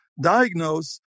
diagnose